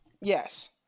Yes